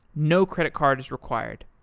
no credit card is required.